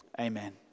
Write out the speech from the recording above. Amen